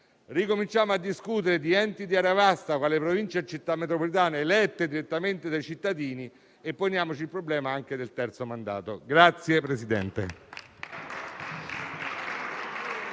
ricominciamo a discutere di enti di area vasta quali Province e Città metropolitane elette direttamente dai cittadini e poniamoci anche il problema del terzo mandato.